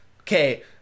Okay